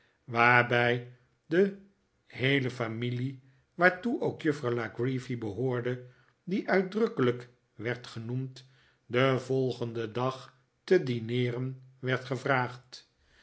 waarbij de heele familie waartoe ook juffrouw la creevy behoorde die uitdrukkelijk werd gerioemd den volgenden dag te dineeren werd gevraagd